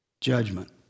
judgment